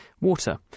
Water